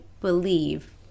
believe